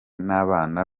n’abana